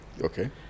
Okay